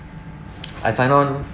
I signed on